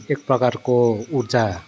एकप्रकारको उर्जा